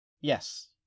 Yes